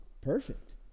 perfect